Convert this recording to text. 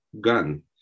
Gun